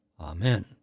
Amen